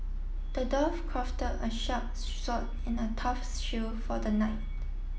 the dwarf crafted a sharp sword and a tough shield for the knight